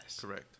Correct